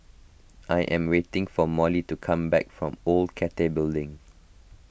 I am waiting for Molly to come back from Old Cathay Building